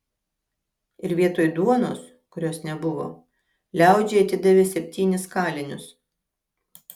ir vietoj duonos kurios nebuvo liaudžiai atidavė septynis kalinius